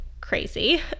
crazy